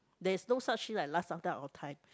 there is no such thing like last time that our time